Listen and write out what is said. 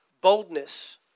Boldness